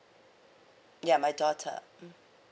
ya my daughter mm